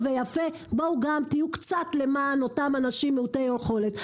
בואו גם ותהיו קצת למען אותם האנשים מיעוטי היכולת.